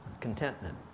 contentment